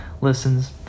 listens